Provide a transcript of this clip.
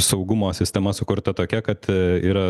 saugumo sistema sukurta tokia kad yra